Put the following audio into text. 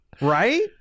Right